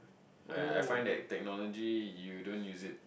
I I find that technology you don't use it